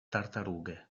tartarughe